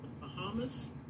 Bahamas